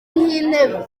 nk’intebe